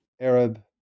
Arab